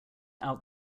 out